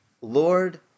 Lord